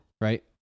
right